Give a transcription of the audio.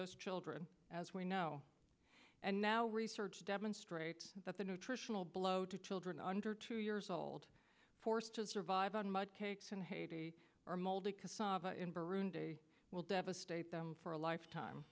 those children as we know and now research demonstrates that the nutritional blow to children under two years old forced to survive on mud cakes in haiti or mold it will devastate them for a lifetime